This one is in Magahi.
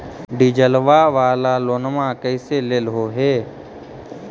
डीजलवा वाला लोनवा कैसे लेलहो हे?